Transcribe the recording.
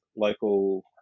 local